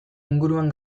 inguruan